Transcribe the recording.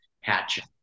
hatching